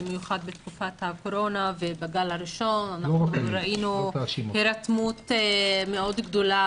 במיוחד בתקופת הקורונה ובגל הראשון ראינו הירתמות גדולה